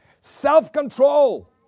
self-control